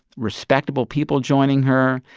respectable people joining her.